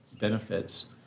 benefits